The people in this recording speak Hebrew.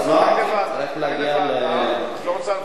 את לא רוצה ועדה?